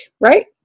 right